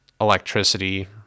electricity